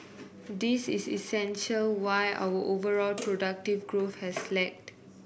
this is essentially why our overall productivity growth has lagged